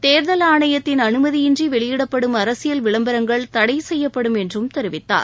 தேர்தல் ஆணையத்தின் அனுமதியின்றி வெளியிடப்படும் அரசியல் விளம்பரங்கள் தடை செய்யப்படும் என்றும் தெரிவித்தார்